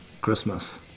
Christmas